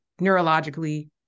neurologically